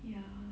ya